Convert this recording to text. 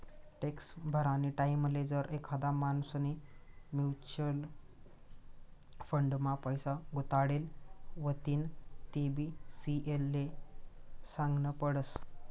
tax भरानी टाईमले जर एखादा माणूसनी म्युच्युअल फंड मा पैसा गुताडेल व्हतीन तेबी सी.ए ले सागनं पडस